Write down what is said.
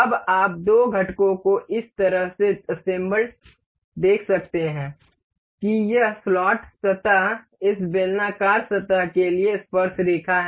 अब आप दो घटकों को इस तरह से असेंबल्ड देख सकते हैं कि यह स्लॉट सतह इस बेलनाकार सतह के लिए स्पर्शरेखा है